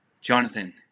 Jonathan